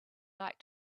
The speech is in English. like